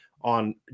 on